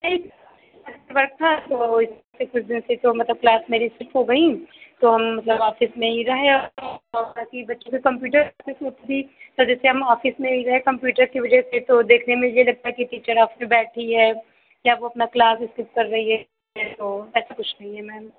नहीं व्यवस्था तो इस वजह से तो मतलब क्लास मेरी स्किप हो गई तो हम मतलब ऑफिस में ही रहे और बाकी बच्चों को कंप्यूटर में कुछ भी तो जेसे हम ऑफिस में ही रहे कंप्यूटर की वजह से तो देखने में ये लगता कि टीचर ऐसे बैठी है या वो अपना क्लास स्किप कर रही है ये वो ऐसा कुछ नहीं है मैम